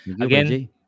again